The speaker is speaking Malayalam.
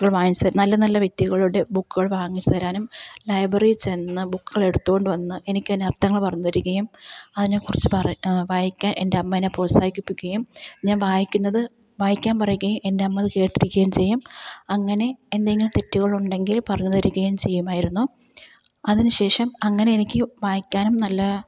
ബുക്കുകള് വാങ്ങിച്ചു നല്ല നല്ല വ്യക്തികളുടെ ബുക്കുകള് വാങ്ങിച്ചു തരാനും ലൈബ്രറിയിൽ ചെന്നു ബുക്കുകള് എടുത്തു കൊണ്ടു വന്ന് എനിക്ക് അതിന്റെ അര്ത്ഥങ്ങള് പറഞ്ഞു തരികയും അതിനെക്കുറിച്ചു പറ വായിക്കാന് എന്റെ അമ്മ എന്നെ പ്രോത്സാഹിപ്പിക്കുകയും ഞാന് വായിക്കുന്നതു വായിക്കാന് പറയുകയും എന്റെ അമ്മ അതു കേട്ടിരിക്കുകയും ചെയ്യും അങ്ങനെ എന്തെങ്കിലും തെറ്റുകള് ഉണ്ടെങ്കില് പറഞ്ഞു തരികയും ചെയ്യുമായിരുന്നു അതിനു ശേഷം അങ്ങനെ എനിക്ക് വായിക്കാനും നല്ല